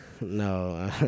No